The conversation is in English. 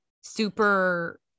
super